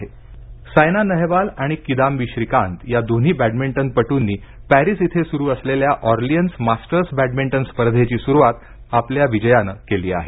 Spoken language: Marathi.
बॅडमिंटन सायना नेहवाल आणि किदांबी श्रीकांत या दोन्ही बॅड मिंटन पटूंनी पेरीस इथे सुरु असलेल्या ऑरलियन्स मास्टर्स बॅडमिंटन स्पर्धेची सुरुवात आपल्या विजयानं केली आहे